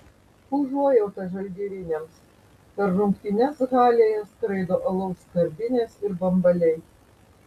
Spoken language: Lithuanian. užuojauta žalgiriniams per rungtynes halėje skraido alaus skardinės ir bambaliai